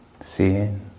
Seeing